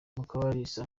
mukabalisa